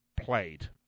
played